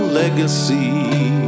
legacy